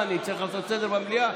מה, אני צריך לעשות סדר במליאה?